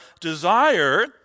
desire